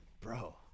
bro